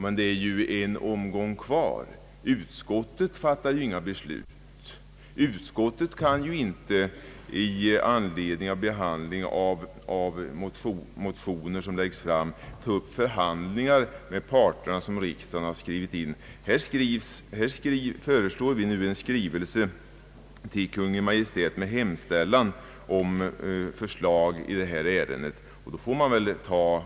Men det är ju en omgång kvar. Utskottet fattar ju inga beslut. Utskottet kan inte vid behandling av väckta motioner ta upp förhandlingar med parterna, som riksdagen skrivit in. Utskottet föreslår att riksdagen i skrivelse till Kungl. Maj:t hemställer om beslut i detta ärende.